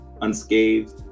unscathed